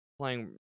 playing